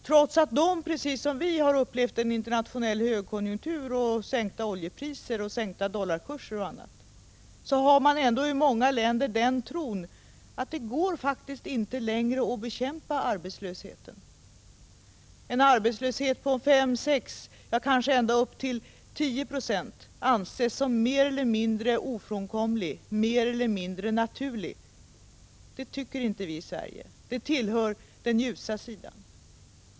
Trots att de precis som vi har upplevt en internationell högkonjunktur, sänkta oljepriser, sjunkande dollarkurs och annat, har man i många länder den tron att det inte längre går att bekämpa arbetslösheten. En arbetslöshet på 5 eller 6, kanske ända upp till 10 Z6 anses som mer eller mindre ofrånkomlig, mer eller mindre naturlig. Det tycker inte vi i Sverige. Det tillhör den ljusa sidan.